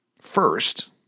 first